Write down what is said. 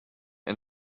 and